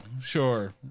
sure